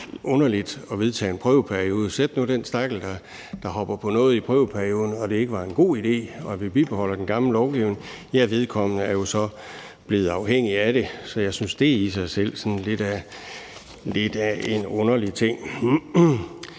underligt at vedtage en prøveperiode, for sæt nu, at der er en stakkel, der hopper på noget i prøveperioden, og det ikke var en god idé og vi bibeholder den gamle lovgivning, ja, så er vedkommende jo blevet afhængig af det. Så jeg synes, at det i sig selv er lidt en underlig ting.